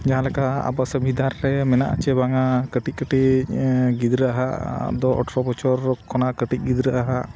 ᱡᱟᱦᱟᱸ ᱞᱮᱠᱟ ᱟᱵᱚ ᱥᱩᱵᱤᱫᱷᱟ ᱨᱮ ᱢᱮᱱᱟᱜᱼᱟ ᱪᱮ ᱵᱟᱝᱟ ᱠᱟᱹᱴᱤᱡᱼᱠᱟᱹᱴᱤᱡ ᱜᱤᱫᱽᱨᱟᱹᱼᱟᱜ ᱫᱚ ᱟᱴᱷᱨᱚ ᱵᱚᱪᱷᱚᱨ ᱠᱷᱚᱱᱟᱜ ᱠᱟᱹᱴᱤᱡ ᱜᱤᱫᱽᱨᱟᱹ ᱟᱜ